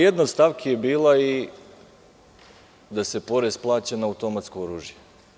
Jedna od stavki je bila i da se porez plaća na automatsko oružje.